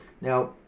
now